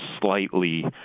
slightly